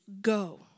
go